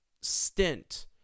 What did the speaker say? stint